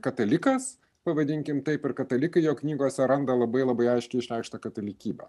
katalikas pavadinkim taip ir katalikai jo knygose randa labai labai aiškiai išreikštą katalikybę